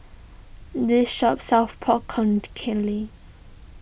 this shop sells Pork Con